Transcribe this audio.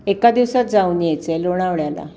एका दिवसात जाऊन यायचं आहे लोणावळ्याला